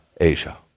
Asia